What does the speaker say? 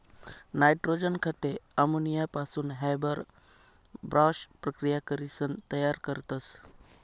nitrogen खते अमोनियापासून Haber Bosch प्रकिया करीसन तयार करतस